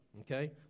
Okay